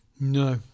No